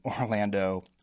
Orlando